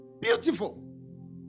beautiful